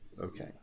Okay